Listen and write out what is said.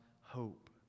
hope